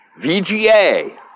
VGA